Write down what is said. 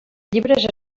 llibres